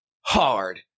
Hard